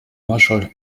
marshall